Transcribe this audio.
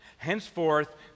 Henceforth